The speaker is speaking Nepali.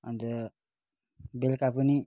अन्त बेलुका पनि